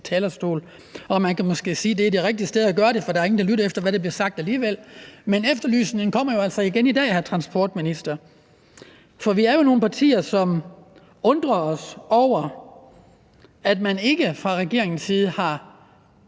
Man kan måske sige, at det er det rigtige sted at gøre det, for der er alligevel ingen, der lytter efter, hvad der bliver sagt, men efterlysningen kommer jo altså igen i dag, hr. transportminister. For vi er jo nogle partier, som undrer os over, at man ikke fra regeringens side har